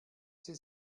sie